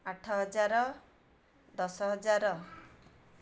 ଆଠ ହଜାର ଦଶ ହଜାର